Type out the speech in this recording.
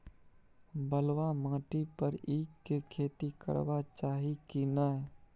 बलुआ माटी पर ईख के खेती करबा चाही की नय?